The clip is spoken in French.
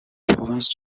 province